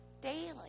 daily